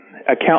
account